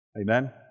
Amen